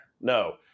No